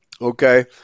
okay